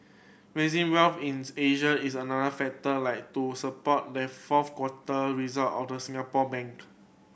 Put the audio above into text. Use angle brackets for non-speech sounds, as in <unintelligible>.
rising wealth in <unintelligible> Asia is another factor like to support the fourth quarter result of the Singapore bank